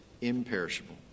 imperishable